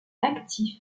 actif